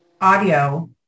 Audio